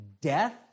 death